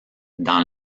dans